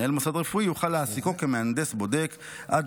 מנהל מוסד רפואי יוכל להעסיקו כמהנדס בודק עד